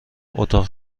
اتاق